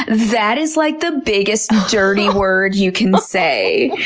that is like the biggest dirty word you can say.